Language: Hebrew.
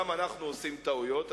גם אנחנו עושים טעויות,